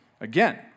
Again